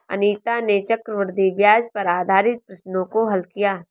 अनीता ने चक्रवृद्धि ब्याज पर आधारित प्रश्नों को हल किया